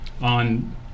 on